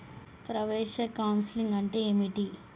ప్రవేశ కౌన్సెలింగ్ అంటే ఏమిటి?